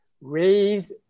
raise